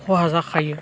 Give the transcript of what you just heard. खहा जाखायो